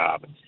job